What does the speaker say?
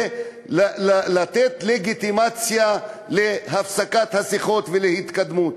לתת לגיטימציה להפסקת השיחות וההתקדמות.